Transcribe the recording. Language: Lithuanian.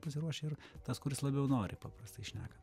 pasiruošę ir tas kuris labiau nori paprastai šnekant